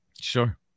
Sure